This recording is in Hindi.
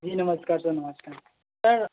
जी नमस्कार सर नमस्कार सर आप